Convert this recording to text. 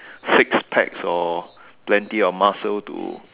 six packs or plenty of muscle to